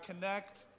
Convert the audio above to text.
connect